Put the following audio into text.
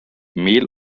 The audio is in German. mehl